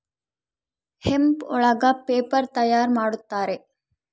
hemp ಒಳಗ paper ತಯಾರ್ ಮಾಡುತ್ತಾರೆ